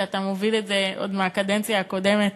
שאתה מוביל את זה עוד מהקדנציה הקודמת,